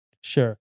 Sure